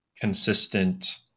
consistent